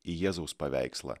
į jėzaus paveikslą